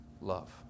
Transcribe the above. love